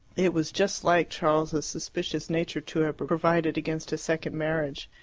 it was just like charles's suspicious nature to have provided against a second marriage.